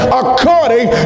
according